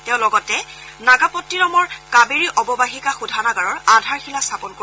তেওঁ লগতে নাগাপট্টিনমৰ কাবেৰী অৱবাহিকা শোধনাগাৰৰ আধাৰশিলা স্থাপন কৰিব